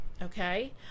Okay